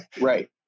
Right